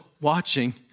watching